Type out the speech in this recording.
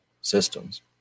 systems